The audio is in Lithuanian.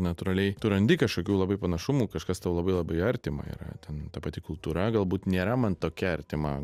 natūraliai tu randi kažkokių labai panašumų kažkas tau labai labai artima yra ten ta pati kultūra galbūt nėra man tokia artima